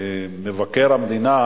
מבקר המדינה,